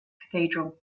cathedral